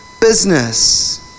business